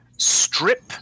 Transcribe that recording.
strip